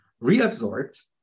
reabsorbed